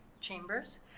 chambers